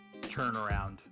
turnaround